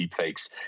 deepfakes